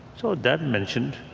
so that mentioned,